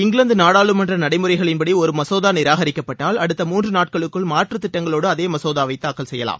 இங்கிலாந்து நாடாளுமன்ற நடைமுறைகளின்படி ஒரு மசோதா நிராகரிக்கப்பட்டால் அடுத்த மூன்று நாட்களுக்குள் மாற்று திட்டங்களோடு அதே மசோதாவை தாக்கல் செய்யலாம்